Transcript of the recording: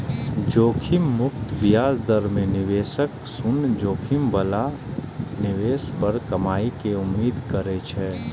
जोखिम मुक्त ब्याज दर मे निवेशक शून्य जोखिम बला निवेश पर कमाइ के उम्मीद करै छै